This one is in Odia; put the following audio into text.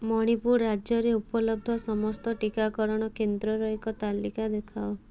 ମଣିପୁର ରାଜ୍ୟରେ ଉପଲବ୍ଧ ସମସ୍ତ ଟିକାକରଣ କେନ୍ଦ୍ରର ଏକ ତାଲିକା ଦେଖାଅ